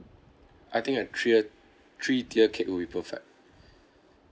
I think a three tier cake will be perfect